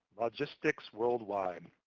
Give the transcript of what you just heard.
logistics worldwide.